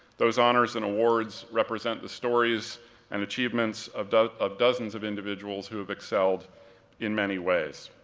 those honors and awards represent the stories and achievements of of dozens of individuals who have excelled in many ways.